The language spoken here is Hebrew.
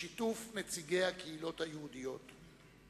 בשיתוף נציגי הקהילות היהודיות.